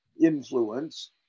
influence